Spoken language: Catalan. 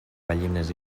gallines